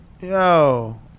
Yo